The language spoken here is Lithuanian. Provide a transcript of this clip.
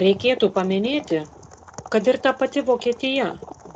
reikėtų paminėti kad ir ta pati vokietija